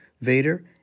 Vader